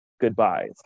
goodbyes